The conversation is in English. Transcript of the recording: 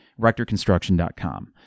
RectorConstruction.com